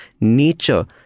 nature